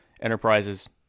Enterprises